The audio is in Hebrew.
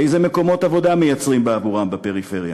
אילו מקומות עבודה מייצרים בעבורם בפריפריה?